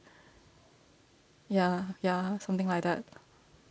ya ya something like that